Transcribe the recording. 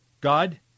God